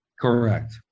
Correct